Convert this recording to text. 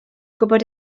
gwybod